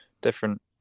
different